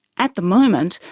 at the moment,